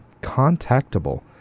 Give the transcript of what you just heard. contactable